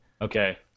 Okay